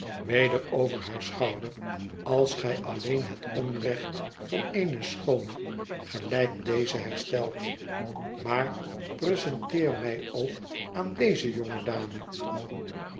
weder over haar schouder als gij alleen het onrecht van eene schoone gelijk deze herstelt maar presenteer mij ook aan deze jonge dame